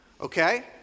Okay